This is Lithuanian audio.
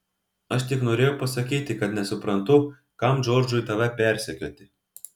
aš tik norėjau pasakyti kad nesuprantu kam džordžui tave persekioti